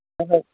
அந்த